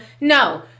No